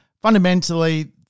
fundamentally